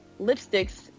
lipsticks